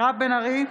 נגד מירב בן ארי,